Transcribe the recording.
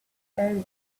area